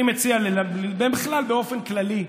אני מציע, ובכלל, באופן כללי,